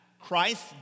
Christ